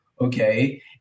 okay